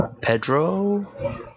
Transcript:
Pedro